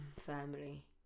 Family